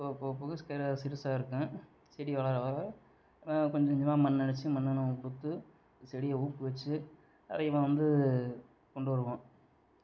போக போக போக சிறுசா இருக்கும் செடி வளர வளர கொஞ்சம் கொஞ்சமாக மண்ணு அணைச்சு மண்ணை நம்ம கொடுத்து செடிய ஊக்குவிச்சு வந்து கொண்டு வருவோம்